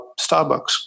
Starbucks